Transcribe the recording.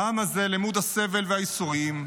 העם הזה למוד הסבל והייסורים,